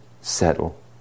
settle